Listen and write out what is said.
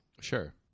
Sure